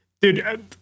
Dude